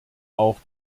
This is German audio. auch